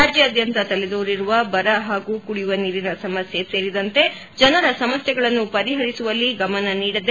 ರಾಜ್ಞಾದ್ಯಂತ ತಲೆದೋರಿರುವ ಬರ ಹಾಗೂ ಕುಡಿಯುವ ನೀರಿನ ಸಮಸ್ಯೆ ಸೇರಿದಂತೆ ಜನರ ಸಮಸ್ಥೆಗಳನ್ನು ಪರಿಪರಿಸುವಲ್ಲಿ ಗಮನ ನೀಡದೆ